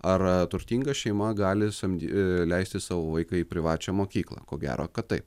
ar turtinga šeima gali samdy leisti savo vaiką į privačią mokyklą ko gero kad taip